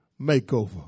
makeover